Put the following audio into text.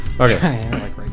Okay